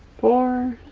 four,